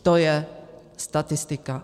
To je statistika.